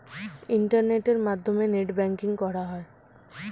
ইন্টারনেটের মাধ্যমে net banking করা হয়